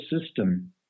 system